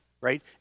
right